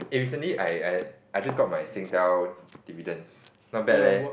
eh recently I I I just got my Singtel dividends not bad leh